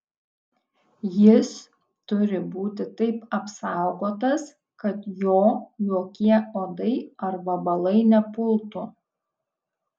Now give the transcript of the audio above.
jis turi būti taip apsaugotas kad jo jokie uodai ar vabalai nepultų